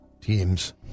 teams